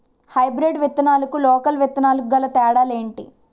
Hybrid విత్తనాలకు local విత్తనాలకు గల తేడాలు ఏంటి?